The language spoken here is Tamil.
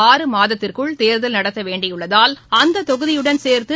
ஆறு மாதத்திற்குள் தேர்தல் நடத்தவேண்டியுள்ளதால் அந்ததொகுதியுடன் சேர்து